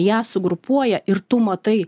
ją sugrupuoja ir tu matai